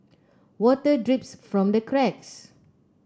water drips from the cracks